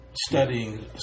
studying